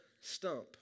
stump